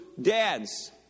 dads